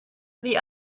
wie